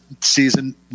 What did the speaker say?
season